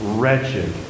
wretched